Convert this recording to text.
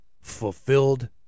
fulfilled